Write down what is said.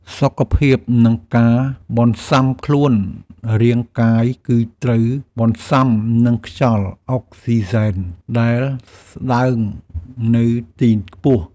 សុខភាព និងការបន្សាំខ្លួនរាងកាយគឺត្រូវបន្សាំនឹងខ្យល់អុកស៊ីហ្សែនដែលស្ដើងនៅទីខ្ពស់។